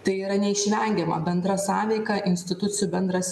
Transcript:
tai yra neišvengiama bendra sąveika institucijų bendras